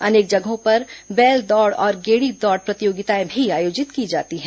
अनेक जगहों पर बैल दौड़ और गेड़ी दौड़ प्रतियोगिताएं भी आयोजित की जाती हैं